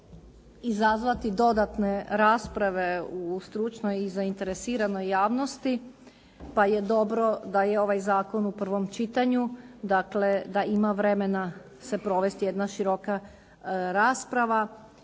izazvati dodatne rasprave u stručnoj i zainteresiranoj javnosti pa je dobro da je ovaj zakon u prvom čitanju, dakle da ima vremena se provesti jedna široka rasprava.